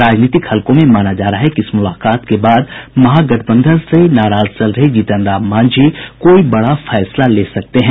राजनीतिक हलकों में माना जा रहा है कि इस मुलाकात के बाद महागठबंधन से नाराज चल रहे जीतनराम मांझी कोई बड़ा फैसला ले सकते हैं